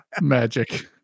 Magic